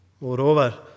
Moreover